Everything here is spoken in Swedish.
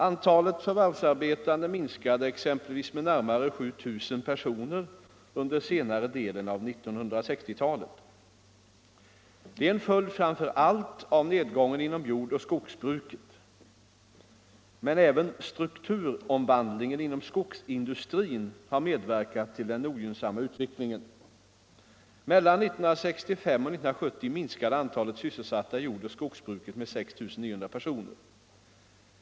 Antalet förvärvsarbetande minskade exempelvis med närmare 7000 personer under senare delen av 1960-talet. Det är en följd framför allt av nedgången inom jordoch skogsbruket. Men även strukturomvandlingen inom skogsindustrin har medverkat till den ogynnsamma utvecklingen. Mellan 1965 och 1970 minskade antalet sysselsatta i jordoch skogsbruket med 6 900 personer.